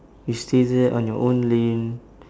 you stay there on your own lane